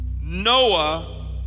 Noah